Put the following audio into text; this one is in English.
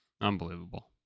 Unbelievable